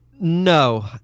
No